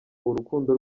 urukundo